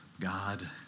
God